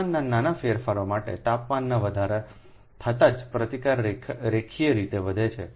તાપમાનના નાના ફેરફારો માટે તાપમાનમાં વધારો થતાં જ પ્રતિકાર રેખીય રીતે વધે છે